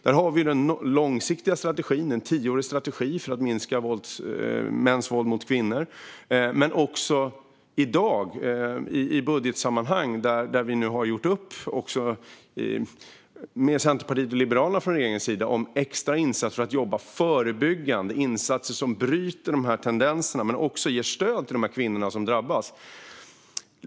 Vi har en långsiktig strategi, en tioårig strategi, för att minska mäns våld mot kvinnor. Men redan i dag har regeringen gjort upp med Centerpartiet och Liberalerna i budgetsammanhang om extra insatser för att jobba förebyggande, insatser som bryter dessa tendenser men också ger stöd till de kvinnor som drabbas.